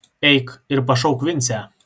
eik ir pašauk vincę